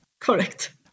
Correct